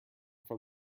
from